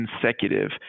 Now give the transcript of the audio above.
consecutive